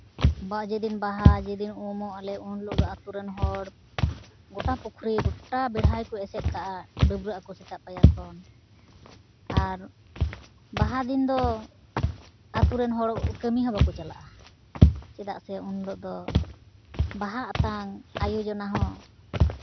ᱵᱟ ᱡᱮᱫᱤᱱ ᱵᱟᱦᱟ ᱡᱮᱫᱤᱱ ᱩᱢᱩᱜ ᱟᱞᱮ ᱩᱱ ᱦᱤᱞᱳᱜ ᱫᱚ ᱟᱹᱛᱩ ᱨᱮᱱ ᱦᱚᱲ ᱜᱳᱴᱟ ᱯᱩᱠᱷᱨᱤ ᱜᱳᱴᱟ ᱵᱮᱲᱦᱟᱭ ᱛᱮᱠᱚ ᱮᱥᱮᱫ ᱠᱟᱜᱼᱟ ᱰᱟᱹᱵᱽᱨᱟᱹᱜ ᱟᱠᱚ ᱥᱮᱛᱟᱜ ᱯᱟᱭᱟᱨ ᱠᱷᱚᱱ ᱟᱨ ᱵᱟᱦᱟ ᱫᱤᱱ ᱫᱚ ᱟᱹᱛᱩ ᱨᱮᱱ ᱦᱚᱲ ᱠᱟᱹᱢᱤ ᱦᱚᱸ ᱵᱟᱠᱚ ᱪᱟᱞᱟᱜᱼᱟ ᱪᱮᱫᱟᱜ ᱥᱮ ᱩᱱ ᱦᱤᱞᱳᱜ ᱫᱚ ᱵᱟᱦᱟ ᱟᱛᱟᱝ ᱟᱭᱳ ᱡᱚᱱᱟ ᱦᱚᱸ